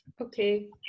Okay